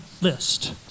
list